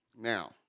Now